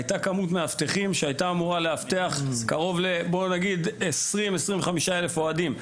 היתה כמות מאבטחים שהיתה אמורה לאבטח 25,000 אוהדים.